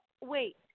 wait